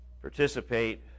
participate